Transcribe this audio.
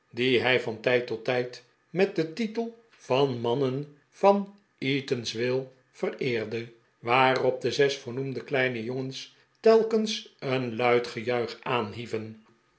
die hij van tij'd tot tijd met den titel van mannen van eatanswill vereerde waarop de zes voornoemde kleine jongens telkens een luid gejuich aanhieven